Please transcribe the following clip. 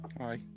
Hi